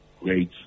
great